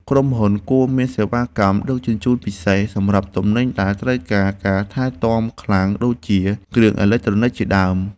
ក្រុមហ៊ុនគួរមានសេវាកម្មដឹកជញ្ជូនពិសេសសម្រាប់ទំនិញដែលត្រូវការការថែទាំខ្លាំងដូចជាគ្រឿងអេឡិចត្រូនិកជាដើម។